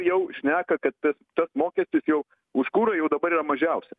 jau šneka kad tas tas mokestis jau už kurą jau dabar yra mažiausia